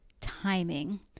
timing